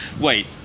wait